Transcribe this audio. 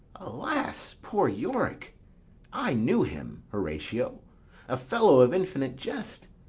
alas, poor yorick i knew him, horatio a fellow of infinite jest,